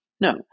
no